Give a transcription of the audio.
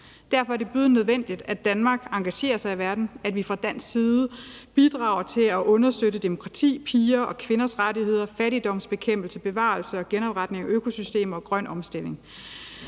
Derfor er det bydende nødvendigt, at Danmark engagerer sig i verden, og at vi fra dansk side bidrager til at understøtte demokrati og piger og kvinders rettigheder, fattigdomsbekæmpelse, bevarelse og genopretning af økosystemer og grøn omstilling.